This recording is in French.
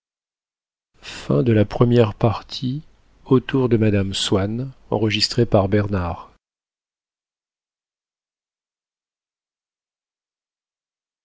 côté de mme swann